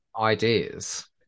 Ideas